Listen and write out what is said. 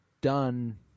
done